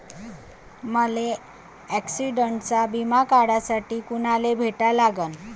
मले ॲक्सिडंटचा बिमा काढासाठी कुनाले भेटा लागन?